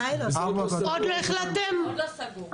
עוד לא סגור.